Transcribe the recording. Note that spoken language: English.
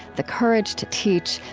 the courage to teach,